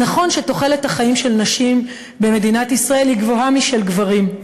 אז נכון שתוחלת החיים של נשים במדינת ישראל היא גבוהה משל גברים,